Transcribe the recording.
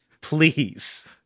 Please